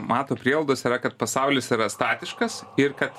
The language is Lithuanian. mato prielaidos yra kad pasaulis yra statiškas ir kad